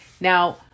Now